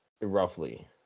roughly